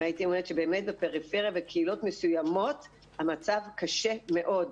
הייתי אומרת שבאמת בפריפריה בקהילות מסוימות המצב קשה מאוד.